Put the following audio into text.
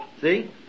See